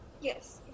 Yes